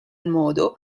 modo